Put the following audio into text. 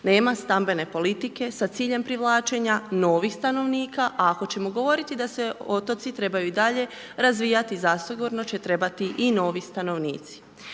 nema stambene politike sa ciljem privlačenja novih stanovnika, a ako ćemo govoriti da se otoci trebaju i dalje razvijati zasigurno će trebati i novi stanovnici.